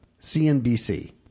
CNBC